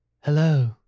Hello